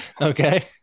Okay